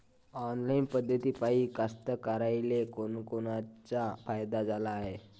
Online पद्धतीपायी कास्तकाराइले कोनकोनचा फायदा झाला हाये?